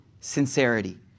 Sincerity